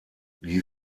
die